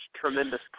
Tremendous